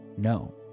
No